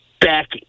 back